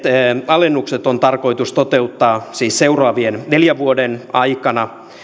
alennukset on tarkoitus toteuttaa siis seuraavien neljän vuoden aikana